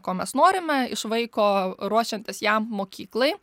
ko mes norime iš vaiko ruošiantis jam mokyklai